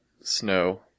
snow